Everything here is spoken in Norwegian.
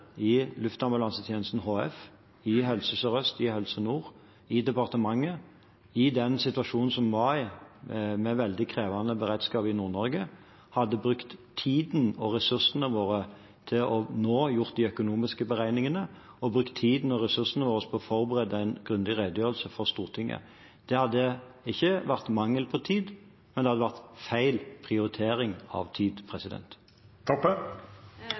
i Luftambulansetjenesten HF, i Helse Sør-Øst, i Helse Nord og i departementet, i den situasjonen som var med veldig krevende beredskap i Nord-Norge, hadde brukt tiden og ressursene våre til nå å gjøre de økonomiske beregningene og brukt tiden vår og ressursene våre på å forberede en grundig redegjørelse for Stortinget. Det hadde ikke vært mangel på tid, men det hadde vært feil prioritering av tid.